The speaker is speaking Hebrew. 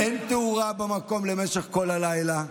ואין תאורה במקום למשך כל הלילה.